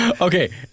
Okay